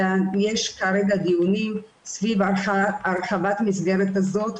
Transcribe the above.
ואולי נייעד לכך שולחן עגול נפרד שעוסק בתחלואה הכפולה,